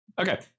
Okay